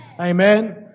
Amen